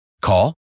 call